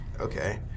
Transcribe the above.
Okay